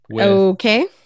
Okay